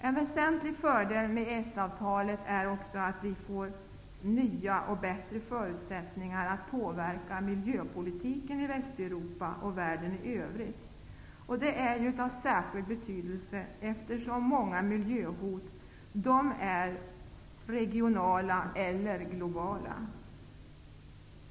En väsentlig fördel med EES-avtalet är också att vi får nya och bättre förutsättningar att påverka miljöpolitiken i Västeuropa och världen i övrigt. Detta är av särskild betydelse, eftersom många miljöhot är regionala eller globala.